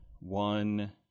One